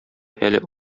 әле